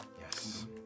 Yes